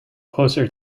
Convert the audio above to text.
closer